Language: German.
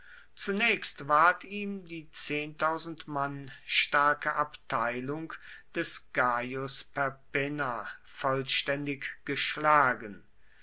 zunächst ward ihm die mann starke abteilung des gaius perpenna vollständig geschlagen